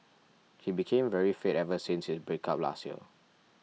he became very fit ever since his breakup last year